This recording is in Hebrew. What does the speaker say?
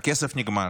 הכסף נגמר.